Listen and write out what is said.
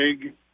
big